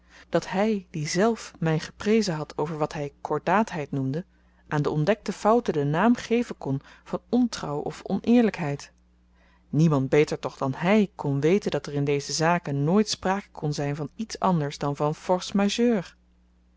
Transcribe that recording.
dat hy die zelf my geprezen had over wat hy kordaatheid noemde aan de ontdekte fouten den naam geven kon van ontrouw of oneerlykheid niemand beter toch dan hy kon weten dat er in deze zaken nooit spraak kon zyn van iets anders dan van force majeure